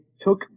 took